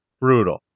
Brutal